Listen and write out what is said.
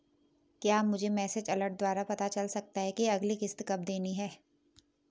क्या मुझे message alert द्वारा पता चल सकता कि अगली किश्त कब देनी है?